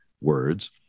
words